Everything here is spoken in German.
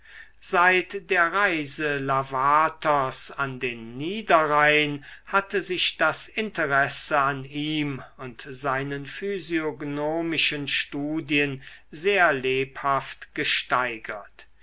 seit der reise lavaters an den niederrhein hatte sich das interesse an ihm und seinen physiognomischen studien sehr lebhaft gesteigert